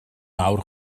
mawr